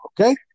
Okay